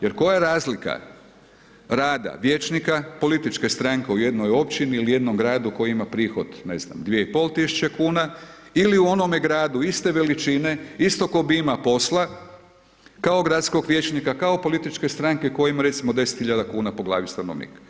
Jer koja je razlika rada vijećnika političke stranke u jednoj općini ili jednom gradu koji ima prihod ne znam 2.500 kuna ili u onome gradu iste veličine, istog obima posla kao gradskog vijećnika, kao političke stranke koji ima recimo 10.000 kuna po glavi stanovnika.